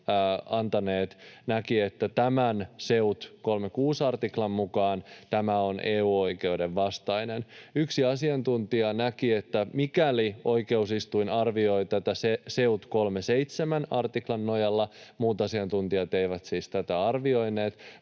antaneet näkivät, että tämän SEUT 36 artiklan mukaan tämä on EU-oikeuden vastainen. Yksi asiantuntija näki, että mikäli oikeusistuin arvioi tätä SEUT 37 artiklan nojalla — muut asiantuntijat eivät siis tätä arvioineet,